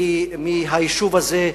מהיישוב הזה,